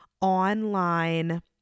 online